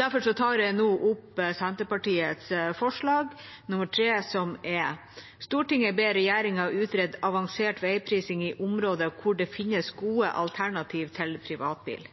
Derfor tar jeg nå opp Senterpartiets forslag, nr. 3, som lyder: «Stortinget ber regjeringen utrede avansert veiprising i områder hvor det finnes gode alternativer til privatbil.»